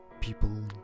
people